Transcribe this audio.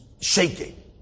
shaking